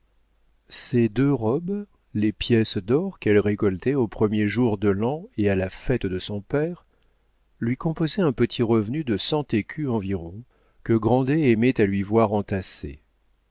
ces deux robes les pièces d'or qu'elle récoltait au premier jour de l'an et à la fête de son père lui composaient un petit revenu de cent écus environ que grandet aimait à lui voir entasser